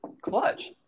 clutch